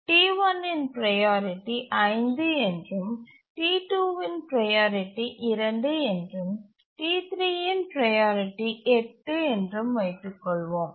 T1 இன் priority 5 என்றும் T2 இன் ப்ரையாரிட்டி 2 என்றும் T3 இன் ப்ரையாரிட்டி 8 என்றும் வைத்துக் கொள்வோம்